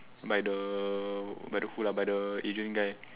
by the by the who lah by the Adrian guy